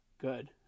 good